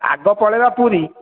ଆଗ ପଳାଇବା ପୁରୀ